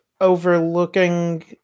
overlooking